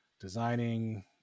designing